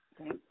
Okay